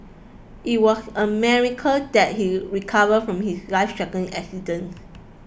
it was a miracle that he recovered from his lifethreatening accident